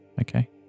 Okay